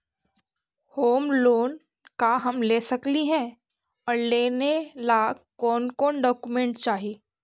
Home loan का हम ले सकली हे, और लेने ला कोन कोन डोकोमेंट चाही?